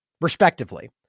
respectively